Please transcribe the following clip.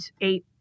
eight